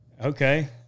okay